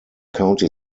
county